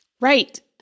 Right